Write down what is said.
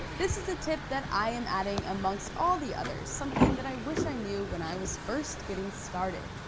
this is a tip that i am adding amongst all the others, something that i wish i knew when i was first getting started.